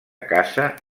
casa